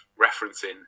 referencing